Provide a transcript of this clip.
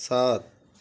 सात